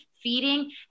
feeding